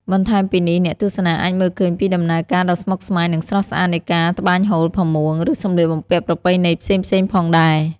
បន្ថែមពីនេះ អ្នកទស្សនាអាចមើលឃើញពីដំណើរការដ៏ស្មុគស្មាញ និងស្រស់ស្អាតនៃការ ត្បាញហូល ផាមួង ឬសម្លៀកបំពាក់ប្រពៃណីផ្សេងៗផងដែរ។